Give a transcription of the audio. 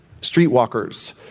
streetwalkers